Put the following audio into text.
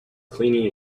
cleaning